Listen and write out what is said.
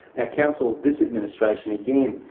council, this administration again,